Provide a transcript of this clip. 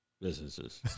businesses